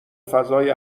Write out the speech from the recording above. فضای